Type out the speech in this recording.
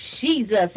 Jesus